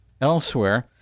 elsewhere